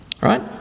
Right